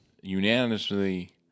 unanimously